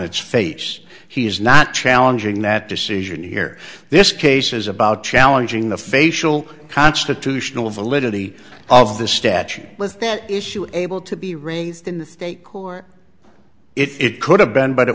its face he is not challenging that decision here this case is about challenging the facial constitutional validity of the statute was that issue able to be raised in the state court it could have been but it